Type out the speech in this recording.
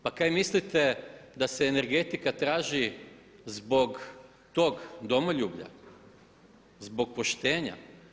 Pa kaj mislite da se energetika traži zbog tog domoljublja, zbog poštenja?